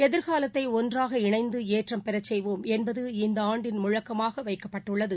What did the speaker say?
எதிர்காலத்தை ஒன்றாக இணைந்து ஏற்றம் பெற செய்வோம் என்பது இந்தாண்டின் முழக்கமாக வைக்கப்பட்டுள்ளது